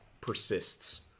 persists